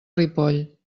ripoll